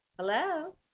Hello